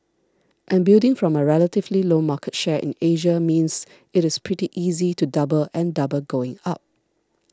and building from a relatively low market share in Asia means it is pretty easy to double and double going up